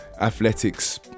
athletics